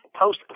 post